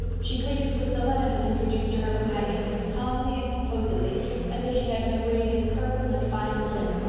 she greeted priscilla and was introduced to her companions as calmly and composedly as if she had been arrayed in purple and fine linen.